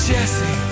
Jesse